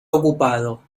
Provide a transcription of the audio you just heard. ocupado